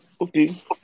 Okay